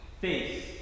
face